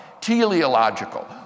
teleological